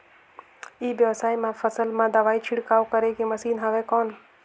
ई व्यवसाय म फसल मा दवाई छिड़काव करे के मशीन हवय कौन?